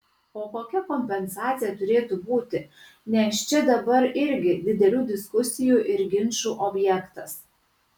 o kokia kompensacija turėtų būti nes čia dabar irgi didelių diskusijų ir ginčų objektas